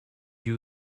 you